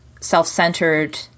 self-centered